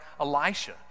Elisha